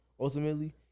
Ultimately